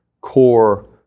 core